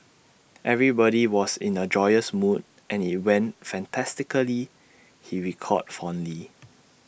everybody was in A joyous mood and IT went fantastically he recalled fondly